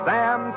Sam